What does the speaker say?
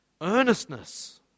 Earnestness